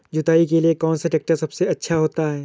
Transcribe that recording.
जुताई के लिए कौन सा ट्रैक्टर सबसे अच्छा होता है?